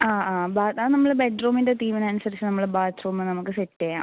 ആ ആ ബാത്ത് അത് നമ്മളെ ബെഡ്റൂമിൻ്റെ തീമിനനുസരിച്ച് നമ്മൾ ബാത്റൂമ് നമുക്ക് സെറ്റ് ചെയ്യാം